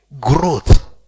growth